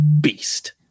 beast